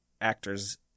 actors